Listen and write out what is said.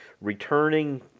returning